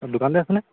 দোকানতে আছেনে